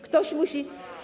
Ktoś musi.